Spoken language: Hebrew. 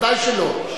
ודאי שלא.